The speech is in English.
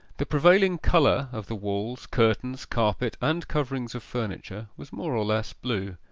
the prevailing colour of the walls, curtains, carpet, and coverings of furniture, was more or less blue,